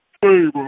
favor